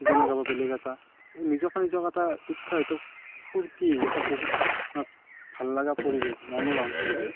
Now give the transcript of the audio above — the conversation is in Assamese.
ইজনে গাব বেলেগ এটা নিজক নিজক এটা উৎসাহটো ফূৰ্তি এটা বহুত ভাল লগা পৰিৱেশ মনোৰম পৰিৱেশ